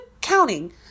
counting